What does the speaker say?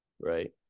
right